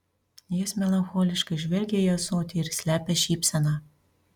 jis melancholiškai žvelgia į ąsotį ir slepia šypseną